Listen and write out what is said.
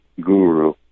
guru